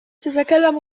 تتكلم